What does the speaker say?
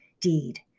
deed